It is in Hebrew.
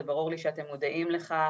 זה ברור לי שאתם מודעים לכך,